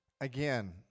again